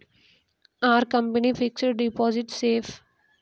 Are company fixed deposit safe?